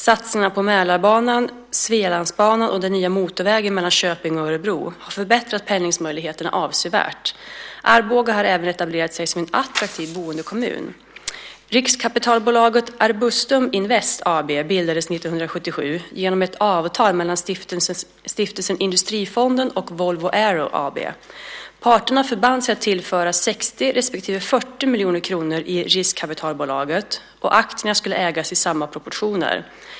Satsningarna på Mälarbanan, Svealandsbanan och den nya motorvägen mellan Köping och Örebro har förbättrat pendlingsmöjligheterna avsevärt. Arboga har även etablerat sig som en attraktiv boendekommun. Riskkapitalbolaget Arbustum Invest AB bildades 1997 genom ett avtal mellan Stiftelsen Industrifonden och Volvo Aero AB. Parterna förband sig att tillföra 60 respektive 40 miljoner kronor i riskkapitalbolaget, och aktierna skulle ägas i samma proportioner.